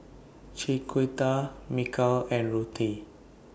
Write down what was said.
Chiquita Mikal and Ruthe